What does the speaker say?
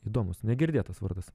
įdomūs negirdėtas vardas